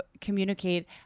communicate